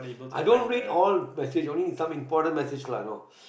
i don't read all passage only some important message lah you know